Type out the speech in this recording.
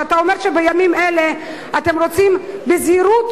שאתה אומר שבימים אלה אתם רוצים בזהירות